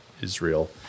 Israel